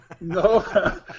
No